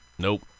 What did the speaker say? Nope